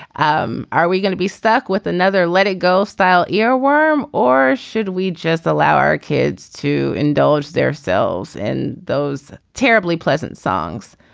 um are we gonna be stuck with another let it go stale earworm. or should we just allow our kids to indulge their selves in those terribly pleasant songs.